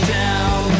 down